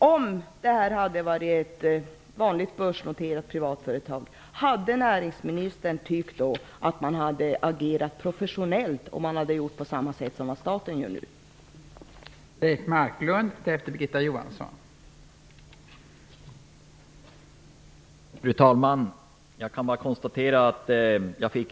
Om det hade varit fråga om ett vanligt börsnoterat privatföretag, hade näringsministern ansett att ett agerande i likhet med statens agerande hade varit professionellt?